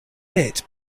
bit